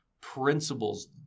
principles